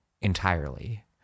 entirely